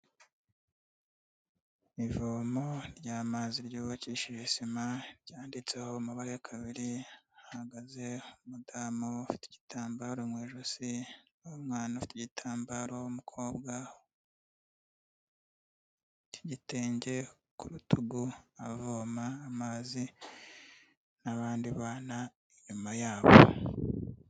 Ivomo ry'amazi ryubakishije sima, ryanditseho amabara ya kabiri, hahagaze umadamu ufite igitambaro mu ijosi, umwana ufite igitambaro w'umukobwa cy'igitenge ku rutugu, avoma amazi n'abandi bana inyuma yabo.